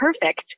perfect